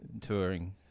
touring